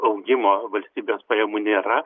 augimo valstybės pajamų nėra